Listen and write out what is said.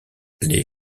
les